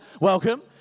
welcome